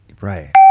Right